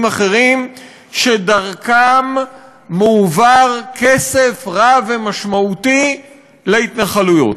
אחרים שדרכם מועבר כסף רב ומשמעותי להתנחלויות.